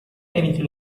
anything